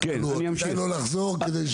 כדאי לא לחזור על דברים, כדי שנוכל להגיע לסיום.